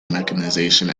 mechanization